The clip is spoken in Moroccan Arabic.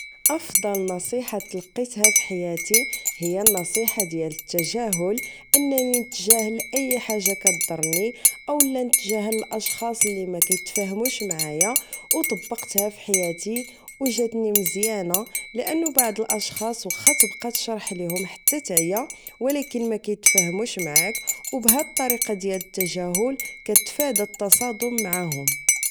أفضل نصيحة تلقيتها فحياتي هي النصيحة ديال التجاهل أنني نتجاهل أي حاجة كدرني أولا نتجاهل الأشخاص لي مكيتفهموش معايا أو طبقتها فحياتي أو جاتني مزيانة لأن بعض الأشخاص وخا تبقى تشرح ليهموم حتى تعيا ولكن مكيتفهموش معاك أو بهاد الطريقة ديال التجاهل كتفادى التصادم معاهم